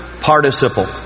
participle